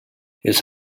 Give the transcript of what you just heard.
his